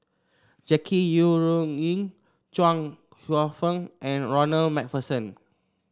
Jackie Yi Ru Ying Chuang Hsueh Fang and Ronald MacPherson